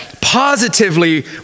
positively